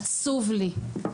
עצוב לי,